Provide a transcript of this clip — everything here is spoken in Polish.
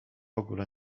ogóle